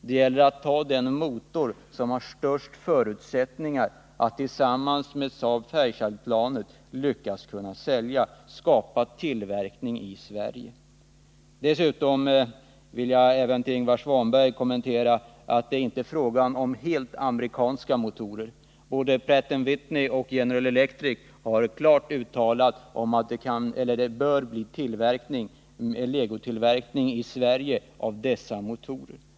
Det gäller då att ta den motor som har största förutsättningar att tillsammans med Saab-Fairchildplanet bli möjlig att sälja, så att man kan skapa tillverkning i Sverige. Jag vill också kommentera det Ingvar Svanberg sade och säga att det inte är fråga om helt amerikanska motorer. Både Pratt & Whitney och General Electric har klart uttalat att det bör bli legotillverkning i Sverige av dessa motorer.